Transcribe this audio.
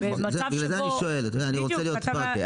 יש להם חופש בחירה.